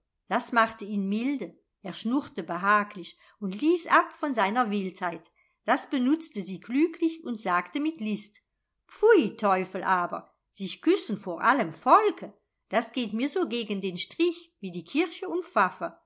das machte ihn milde er schnurrte behaglich und ließ ab von seiner wildheit das benutzte sie klüglich und sagte mit list pfui teufel aber sich küssen vor allem volke das geht mir so gegen den strich wie dir kirche und